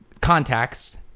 contacts